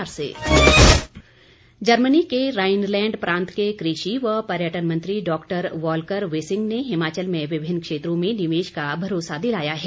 मुख्यमंत्री जर्मनी के राईनलैंड प्रांत के कृषि व पर्यटन मंत्री डॉक्टर वॉल्कर विसिंग ने हिमाचल में विभिन्न क्षेत्रों में निवेश का भरोसा दिलाया है